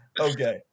Okay